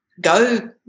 go